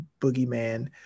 boogeyman